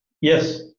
Yes